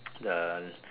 the